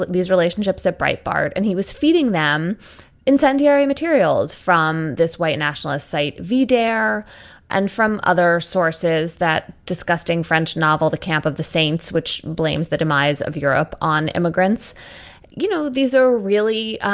these relationships are bright, bart, and he was feeding them incendiary materials from this white nationalist site, vdare, and from other sources that disgusting french novel, the camp of the saints, which blames the demise of europe on immigrants you know, these are really